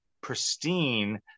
Pristine